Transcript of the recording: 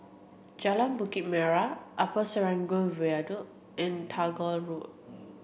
Jalan Bukit Merah Upper Serangoon Viaduct and Tagore Road